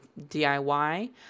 DIY